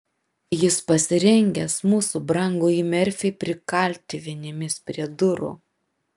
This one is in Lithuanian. jis pasirengęs mūsų brangųjį merfį prikalti vinimis prie durų